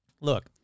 Look